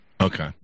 Okay